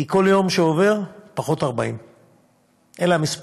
כי כל יום שעובר, פחות 40. אלה המספרים.